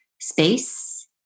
space